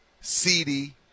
CD